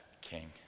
king